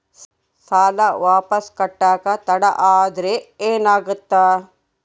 ಸಾಲ ವಾಪಸ್ ಕಟ್ಟಕ ತಡ ಆದ್ರ ಏನಾಗುತ್ತ?